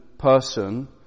person